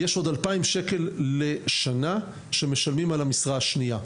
יש עוד 2,000 שקלים לשנה שמשלמים על המשרה השנייה.